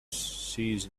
sees